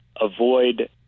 avoid